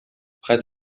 près